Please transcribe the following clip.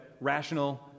rational